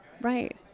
right